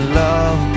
love